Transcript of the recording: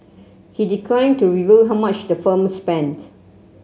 he declined to reveal how much the firm spents